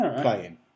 playing